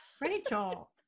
Rachel